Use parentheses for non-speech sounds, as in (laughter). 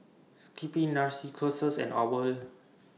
Skippy (unintelligible) and OWL